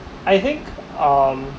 I think um